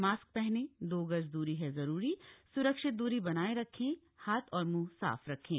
mask पहनें दो गज दूरी है जरूरी स्रक्षित दूरी बनाए रखें हाथ और मुंह साफ रखें